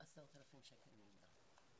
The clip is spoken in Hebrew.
10,000 שקל מלגה.